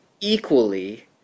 equally